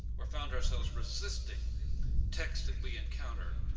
or found ourselves resisting text that we encounter?